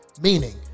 Meaning